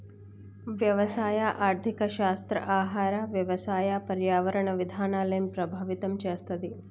వ్యవసాయ ఆర్థిక శాస్త్రం ఆహార, వ్యవసాయ, పర్యావరణ విధానాల్ని ప్రభావితం చేస్తది